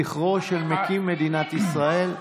לזכרו של מקים מדינת ישראל.